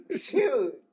shoot